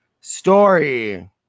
story